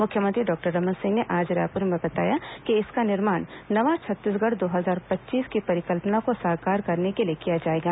मुख्यमंत्री डॉक्टर रमन सिंह ने आज रायपुर में बताया कि इसका निर्माण नवा छत्तीसगढ़ दो हजार पच्चीस की परिकल्पना को साकार करने के लिए किया जाएगा